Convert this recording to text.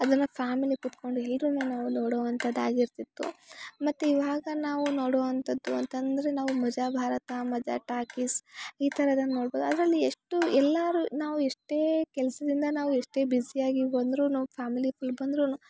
ಅದನ್ನು ಫ್ಯಾಮಿಲಿ ಕೂತ್ಕೊಂಡು ಎಲ್ರು ನಾವು ನೋಡೋವಂಥದ್ ಆಗಿರುತಿತ್ತು ಮತ್ತು ಇವಾಗ ನಾವು ನೋಡೋವಂಥದ್ದು ಅಂತಂದರೆ ನಾವು ಮಜಾ ಭಾರತ ಮಜಾ ಟಾಕೀಸ್ ಈ ಥರದನ್ ನೋಡ್ಬೌದು ಅದರಲ್ಲಿ ಎಷ್ಟು ಎಲ್ಲರು ನಾವು ಎಷ್ಟೇ ಕೆಲಸದಿಂದ ನಾವು ಎಷ್ಟೇ ಬ್ಯುಸಿಯಾಗಿ ಬಂದರೂ ನಾವು ಫ್ಯಾಮಿಲಿ ಪುಲ್ ಬಂದ್ರೂ